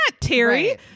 Terry